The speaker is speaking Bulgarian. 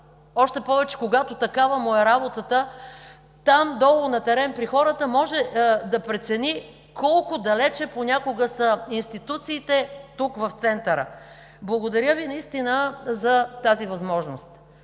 още повече когато такава му е работата – там долу на терен при хората, може да прецени колко далеч понякога са институциите тук, в центъра. Благодаря Ви за тази възможност.